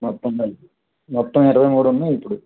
మొత్తం కలిపి మొత్తం ఇరవై మూడు ఉన్నాయి ఇప్పుడు